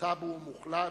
טבו מוחלט,